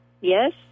Yes